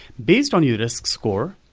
based on your risk score,